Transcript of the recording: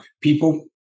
people